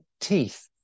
teeth